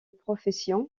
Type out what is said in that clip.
profession